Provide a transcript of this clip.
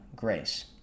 grace